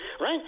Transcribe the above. Right